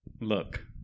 Look